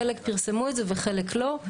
חלק פרסמו את זה וחלק לא,